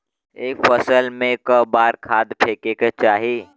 एक फसल में क बार खाद फेके के चाही?